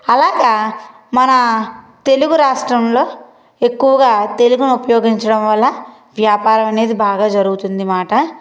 అలాగా మన తెలుగు రాష్ట్రంలో ఎక్కువగా తెలుగును ఉపయోగించడం వల్ల వ్యాపారం అనేది బాగా జరుగుతుందన్నమాట